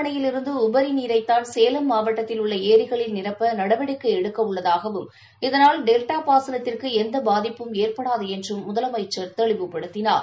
அணையிலிருந்துஉபரிநீரைத்தான் சேலம் மாவட்டத்தில் உள்ளஏரிகளில் மேட்டுர் நிரப்பஎடுக்கவுள்ளதாகவும் இதனால் டெல்டாபாசனத்திற்குஎந்தபாதிப்பும் ஏற்படாதுஎன்றும் முதலமைச்சர் தெளிவுபடுத்தினார்